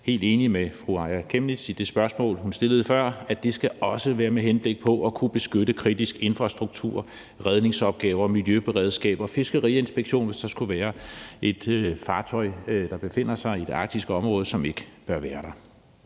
helt enige med fru Aaja Chemnitz i det spørgsmål, hun stillede før, om, at det også skal være med henblik på at kunne beskytte kritisk infrastruktur, redningsopgaver, miljøberedskab og fiskeriinspektion, hvis der skulle befinde sig et fartøj i det arktiske område, som ikke burde være der.